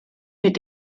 mit